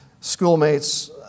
schoolmates